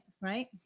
right